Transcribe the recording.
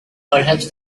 perhaps